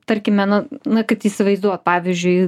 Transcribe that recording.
tarkime na na kad įsivaizduot pavyzdžiui